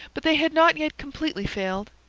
but they had not yet completely failed.